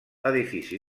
edifici